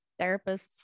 therapists